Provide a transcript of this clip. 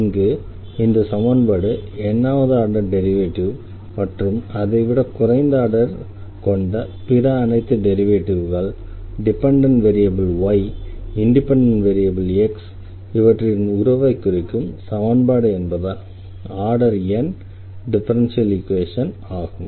இங்கே இந்த சமன்பாடு n வது ஆர்டர் டெரிவேட்டிவ் மற்றும் அதை விட குறைந்த ஆர்டர் கொண்ட பிற அனைத்து டெரிவேட்டிவ்கள் dependent variable y independent variable x இவற்றின் உறவை குறிக்கும் சமன்பாடு என்பதால் ஆர்டர் n டிஃபரன்ஷியல் ஈக்வேஷன் ஆகும்